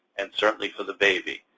and certainly for the baby.